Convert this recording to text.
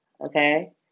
okay